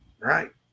right